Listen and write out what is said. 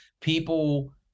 people